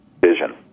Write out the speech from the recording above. vision